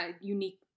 unique